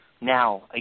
Now